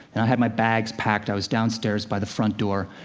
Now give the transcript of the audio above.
and i had my bags packed. i was downstairs by the front door,